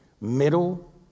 middle